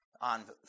on